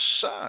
Son